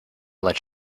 let